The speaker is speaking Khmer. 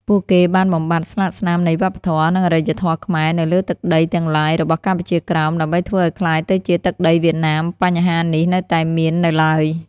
ពួកគេបានបំបាត់ស្លាកស្នាមនៃវប្បធម៌ និងអារ្យធម៌ខ្មែរ នៅលើទឹកដីទាំងឡាយ របស់កម្ពុជាក្រោម ដើម្បីធ្វើឱ្យក្លាយទៅជាទឹកដីវៀតណាម បញ្ហានេះនៅតែមាននៅឡើយ ។